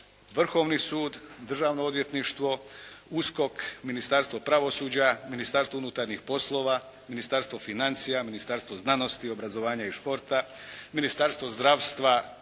Vrhovni sud, Državno odvjetništvo, USKOK, Ministarstvo pravosuđa, Ministarstvo unutarnjih poslova, Ministarstvo financija, Ministarstvo znanosti, obrazovanja i športa, Ministarstvo zdravstva